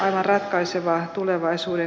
aivan ratkaisevaa tulevaisuuden